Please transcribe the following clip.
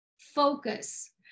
focus